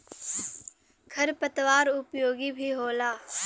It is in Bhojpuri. खर पतवार उपयोगी भी होला